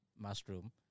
mushroom